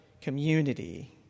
community